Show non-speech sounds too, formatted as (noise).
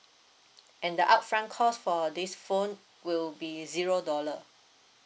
(noise) and the upfront cost for this phone will be zero dollar